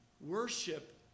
worship